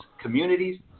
communities